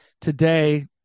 Today